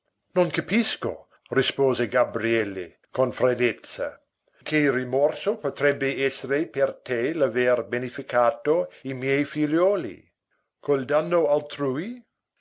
non capisco rispose gabriele con freddezza che rimorso potrebbe essere per te l'aver beneficato i miei figliuoli col danno altrui